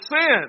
sin